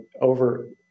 over